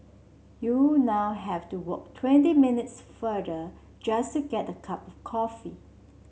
you now have to walk twenty minutes farther just to get a cup of coffee